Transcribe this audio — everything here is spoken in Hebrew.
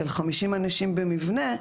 של 50 אנשים במבנה,